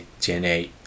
DNA